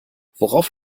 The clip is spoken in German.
worauf